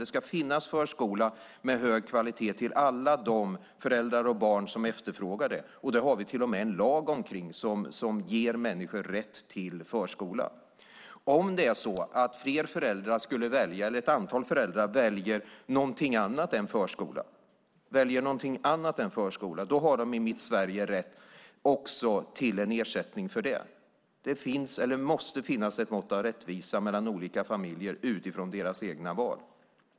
Det ska finnas förskola med hög kvalitet till alla föräldrar och barn som efterfrågar det. Vi har till och med en lag som ger människor rätt till förskola. Om ett antal föräldrar väljer något annat än förskola har de i mitt Sverige rätt till ersättning för det. Det måste finnas ett mått av rättvisa mellan olika familjer utifrån deras egna val.